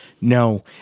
No